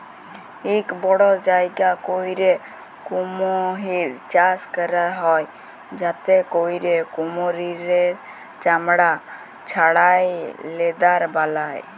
ইক বড় জায়গা ক্যইরে কুমহির চাষ ক্যরা হ্যয় যাতে ক্যইরে কুমহিরের চামড়া ছাড়াঁয় লেদার বালায়